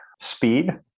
Speed